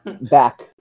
back